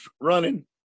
running